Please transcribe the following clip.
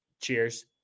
Cheers